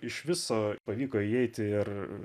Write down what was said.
iš viso pavyko įeiti ir